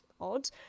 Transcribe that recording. Odd